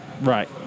Right